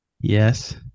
Yes